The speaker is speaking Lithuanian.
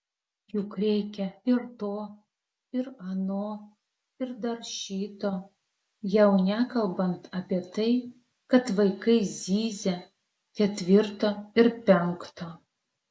juk reikia ir to ir ano ir dar šito jau nekalbant apie tai kad vaikai zyzia ketvirto ir penkto